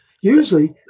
Usually